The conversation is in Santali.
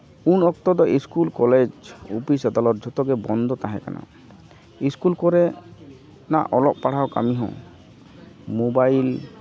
ᱩᱱ ᱚᱠᱛᱚ ᱫᱚ ᱤᱥᱠᱩᱞ ᱠᱚᱞᱮᱡᱽ ᱚᱯᱷᱤᱥ ᱟᱫᱟᱞᱚᱛ ᱡᱷᱚᱛᱚ ᱜᱮ ᱵᱚᱱᱫᱚ ᱛᱟᱦᱮᱸ ᱠᱟᱱᱟ ᱤᱥᱠᱩᱞ ᱠᱚᱨᱮᱱᱟᱜ ᱚᱞᱚᱜ ᱯᱟᱲᱦᱟᱣ ᱠᱟᱹᱢᱤ ᱦᱚᱸ ᱢᱳᱵᱟᱭᱤᱞ